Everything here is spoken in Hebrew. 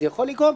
זה יכול לגרום,